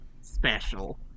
Special